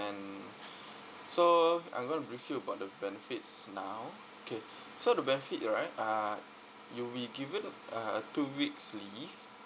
and so I'm gonna brief you about the benefits now okay so the benefit right uh you'll be given uh a two weeks leave